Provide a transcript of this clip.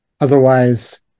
Otherwise